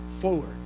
forward